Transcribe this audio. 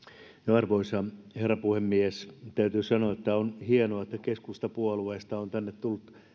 arvoisa herra puhemies täytyy sanoa että on hienoa että keskustapuolueesta on tänne tullut